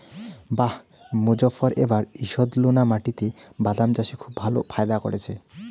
বাঃ মোজফ্ফর এবার ঈষৎলোনা মাটিতে বাদাম চাষে খুব ভালো ফায়দা করেছে